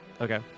Okay